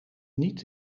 niet